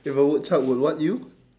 if a woodchuck would what you